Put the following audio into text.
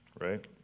Right